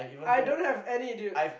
I don't have any dude